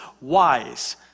wise